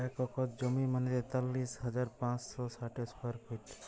এক একর জমি মানে তেতাল্লিশ হাজার পাঁচশ ষাট স্কোয়ার ফিট